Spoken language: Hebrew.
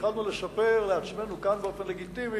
שהתחלנו לספר לעצמנו כאן באופן לגיטימי